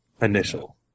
initial